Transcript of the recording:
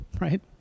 right